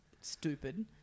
stupid